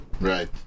Right